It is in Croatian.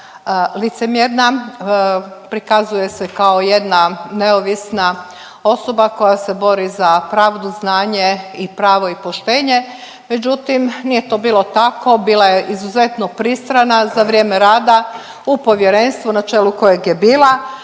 licemjerna, prikazuje se kao jedna neovisna osoba koja se bori za pravdu, znanje i pravo i poštenje, međutim nije to bilo tako, bila je izuzetno pristrana za vrijeme rada u povjerenstvu na čelu kojeg je bila,